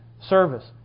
service